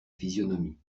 physionomie